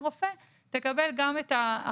היא לא מסבירה איך אתה נותן את ההזדמנות.